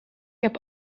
heb